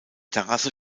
terrasse